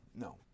no